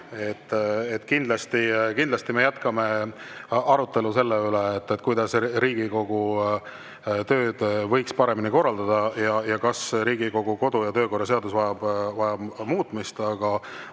Kindlasti me jätkame arutelu selle üle, kuidas Riigikogu tööd võiks paremini korraldada ja kas Riigikogu kodu- ja töökorra seadus vajab muutmist, aga